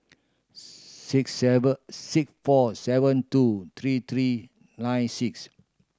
six seven six four seven two three three nine six